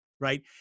right